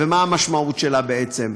ומה המשמעות שלה, בעצם?